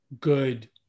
good